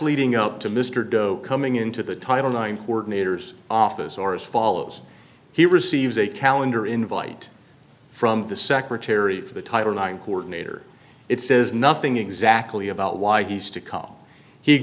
leading up to mr doe coming into the title nine court metres office or as follows he receives a calendar invite from the secretary for the title nine coordinator it says nothing exactly about